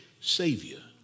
savior